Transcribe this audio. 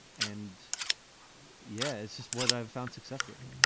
and yeah, it's just what i've found success with.